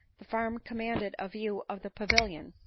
the farm commanded a view of the pavilion,